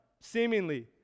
seemingly